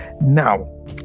Now